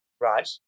Right